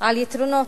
על יתרונות.